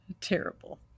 terrible